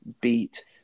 beat